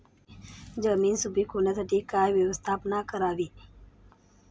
जमीन सुपीक होण्यासाठी काय व्यवस्थापन करावे?